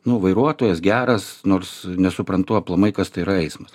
nu vairuotojas geras nors nesuprantu aplamai kas tai yra eismas